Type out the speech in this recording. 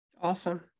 Awesome